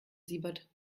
siebert